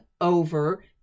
over